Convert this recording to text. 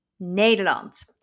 Nederland